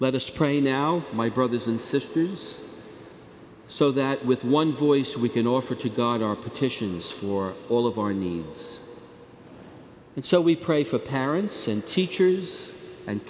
let us pray now my brothers and sisters so that with one voice we can offer to god our petitions for all of our needs and so we pray for parents and teachers and